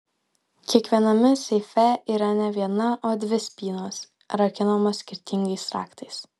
kiekviename seife yra ne viena o dvi spynos rakinamos skirtingais raktais